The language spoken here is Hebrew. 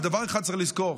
אבל דבר אחד צריך לזכור: